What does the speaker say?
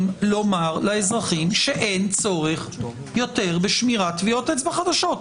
לומר לאזרחים שאין צורך יותר בשמירת טביעות אצבע חדשות,